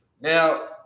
Now